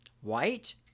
white